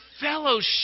fellowship